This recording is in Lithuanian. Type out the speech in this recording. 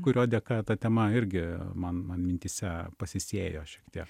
kurio dėka ta tema irgi man man mintyse pasisėjo šiek tiek